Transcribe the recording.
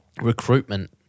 recruitment